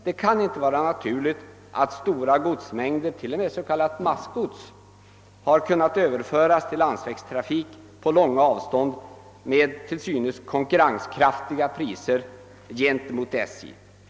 Det kan inte vara naturligt att stora godsmängder, t.o.m. s.k. massgods, har kunnat överföras till landsvägstrafik på långa avstånd med till synes konkurrenskraftiga priser gentemot SJ.